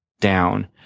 down